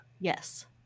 Yes